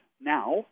now